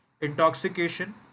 Intoxication